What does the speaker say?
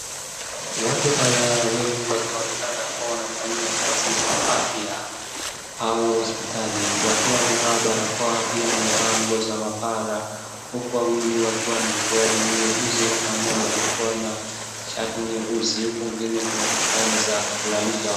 Watu kadhaa wengi wakionekana kuwa wanafanya kazi kwa afya au hospitali wakiwa wamevaa barakoa, pia wamevaa nguo za maabara uku wawili wakiwa na suruali nyeusi na mmoja akiwa na shati nyeusi. Huku kwingine kuna vitanda za kulalisha watu.